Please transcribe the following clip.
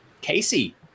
Casey